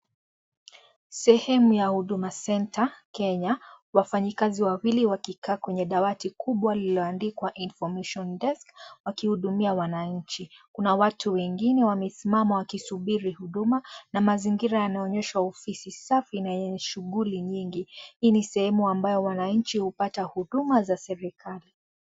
Sehemu ya Huduma Centre Kenya. Wafanyikazi KAZI wawili wakikaa kwenye dawati kubwa lilioandikwa " Information Desk " wakihudumia wananchi. Kuna watu wengine wamesimama wakisuburi Huduma na mazingira yanaonyesha ofisi safi na yenye shughuli nyingi. Hii ni sehemu ambayo wananchi hupata huduma za serikali.